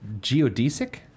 Geodesic